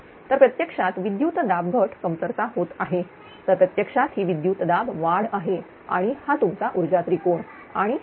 तर प्रत्यक्षात विद्युत दाब घट कमतरता होत आहे तर प्रत्यक्षात ही विद्युत दाब वाढ आहे आणि आणि हा तुमचा ऊर्जा त्रिकोण आणि कोन